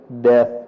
death